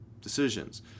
decisions